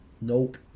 Nope